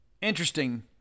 interesting